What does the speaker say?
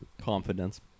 Confidence